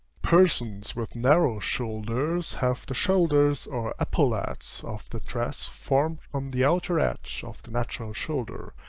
persons with narrow shoulders have the shoulders or epaulets of the dress formed on the outer edge of the natural shoulder,